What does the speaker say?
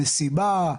מסיבה,